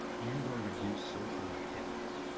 and or reduced social activities.